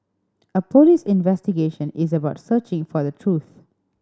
a police investigation is about searching for the truth